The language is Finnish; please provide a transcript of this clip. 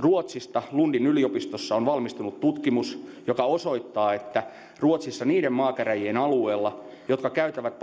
ruotsista lundin yliopistossa on valmistunut tutkimus joka osoittaa että ruotsissa niiden maakäräjien alueella jotka käyttävät